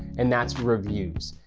and that's reviews.